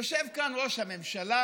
יושב כאן ראש הממשלה,